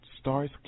stars